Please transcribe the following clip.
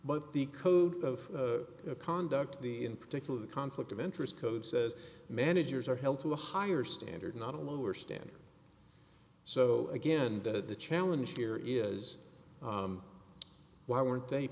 but the code of conduct the in particular conflict of interest code says managers are held to a higher standard not a lower standard so again that the challenge here is why weren't they